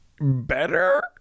better